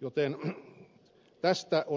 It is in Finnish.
joten tästä on lähdetty